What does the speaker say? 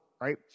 right